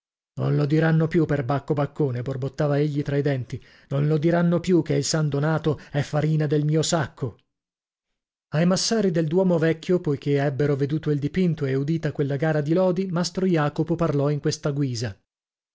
non lo diranno più per bacco baccone borbottava egli tra i denti non lo diranno più che il san donato è farina del mio sacco ai massari del duomo vecchio poichè ebbero veduto il dipinto e udita quella gara di lodi mastro jacopo parlò in questa guisa